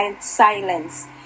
silence